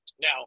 Now